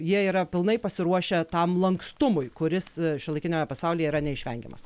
jie yra pilnai pasiruošę tam lankstumui kuris šiuolaikiniame pasaulyje yra neišvengiamas